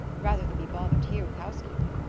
rather than be bothered here with housekeeping.